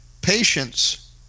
patience